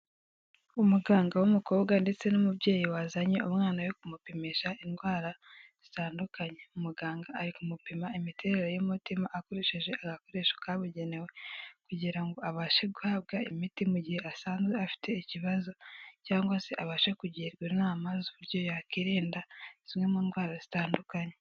Umuganga w'umukobwa ndetse n'umubyeyi wazanye umwana we kumupimisha indwara zitandukanye. Umuganga ari kumupima imiterere y'umutima akoresheje agakoresho kabugenewe kugira ngo abashe guhabwa imiti mu gihe asanzwe afite ikibazo cyangwa se abashe kugirwa inama z'uburyo yakwirinda zimwe mu ndwara zitandukanye.